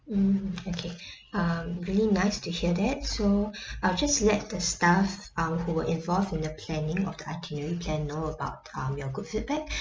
mm okay um really nice to hear that so I'll just let the staff uh who were involved in the planning of the itinerary plan know about um your good feedback